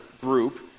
group